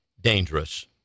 dangerous